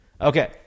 Okay